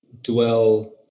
dwell